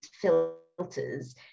filters